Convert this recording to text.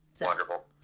wonderful